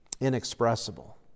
inexpressible